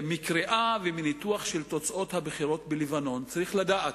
מקריאה וניתוח של תוצאות הבחירות בלבנון צריך לדעת,